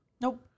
Nope